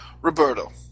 roberto